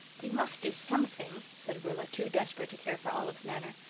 we must do something, said rilla, too desperate to care for olive's manner.